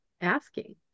asking